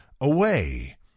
away